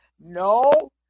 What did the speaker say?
No